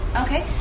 Okay